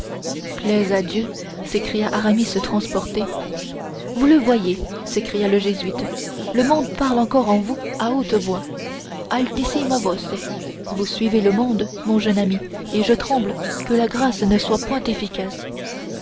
plaise à dieu s'écria aramis transporté vous le voyez s'écria le jésuite le monde parle encore en vous à haute voix altissima voce vous suivez le monde mon jeune ami et je tremble que la grâce ne soit point efficace